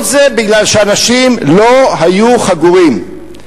כל זה בגלל שאנשים לא היו חגורים.